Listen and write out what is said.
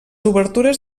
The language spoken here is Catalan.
obertures